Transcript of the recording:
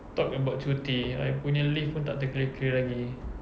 talk about cuti I punya leave pun tak terkira-kira lagi